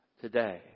today